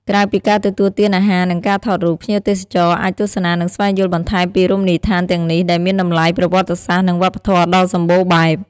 ក្រៅពីការទទួលទានអាហារនិងការថតរូប ភ្ញៀវទេសចរអាចទស្សនានិងស្វែងយល់បន្ថែមពីរមណីយដ្ឋានទាំងនេះដែលមានតម្លៃប្រវត្តិសាស្ត្រនិងវប្បធម៌ដ៏សម្បូរបែប។